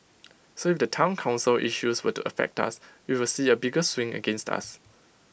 so if the Town Council issues were to affect us we will see A bigger swing against us